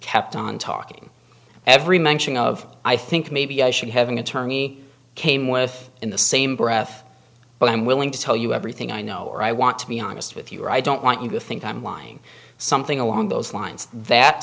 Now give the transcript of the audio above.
kept on talking every mention of i think maybe i should have an attorney came with in the same breath but i'm willing to tell you everything i know or i want to be honest with you i don't want you to think i'm lying something along those lines that